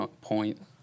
point